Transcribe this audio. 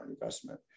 investment